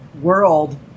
world